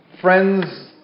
friends